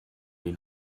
die